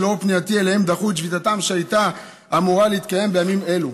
שלאור פנייתי אליהם דחו את שביתתם שהייתה אמורה להתקיים בימים אלו.